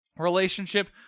relationship